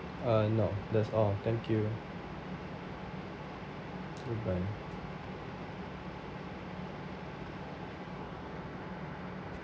uh no that's all thank you goodbye